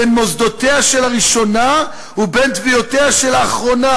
בין מוסדותיה של הראשונה ובין תביעותיה של האחרונה,